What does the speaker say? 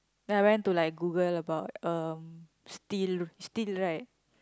then I went to like Google about steel steel right